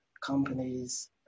companies